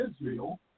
Israel